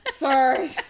Sorry